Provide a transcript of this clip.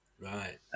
right